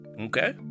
okay